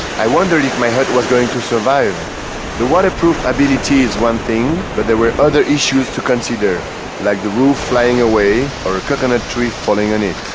i wondered if my heart was going to survive the waterproof ability is one thing but there were other issues to consider like the roof flying away or a coconut tree falling on it.